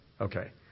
Okay